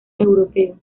europeo